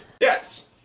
Yes